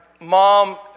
mom